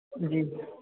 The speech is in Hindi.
जी